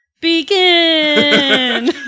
begin